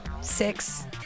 six